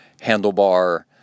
handlebar